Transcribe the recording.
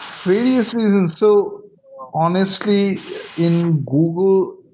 various reasons. so honestly in google,